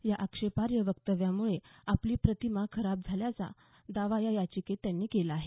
या आक्षेपार्ह वक्तव्यामुळे आपली प्रतिमा खराब झाल्याचा दावा या याचिकेत त्यांनी केला आहे